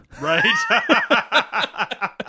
right